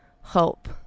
hope